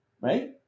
right